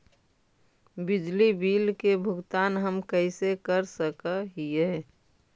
बिजली बिल के भुगतान हम कैसे कर सक हिय?